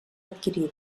adquirida